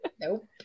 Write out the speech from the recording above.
Nope